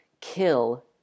kill